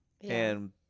and-